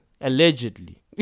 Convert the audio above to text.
allegedly